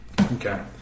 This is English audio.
Okay